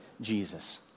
Jesus